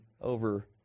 over